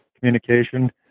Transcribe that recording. communication